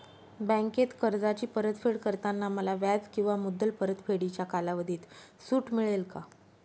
बँकेत कर्जाची परतफेड करताना मला व्याज किंवा मुद्दल परतफेडीच्या कालावधीत सूट मिळेल का?